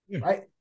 right